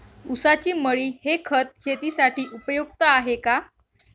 ऊसाची मळी हे खत शेतीसाठी उपयुक्त आहे का?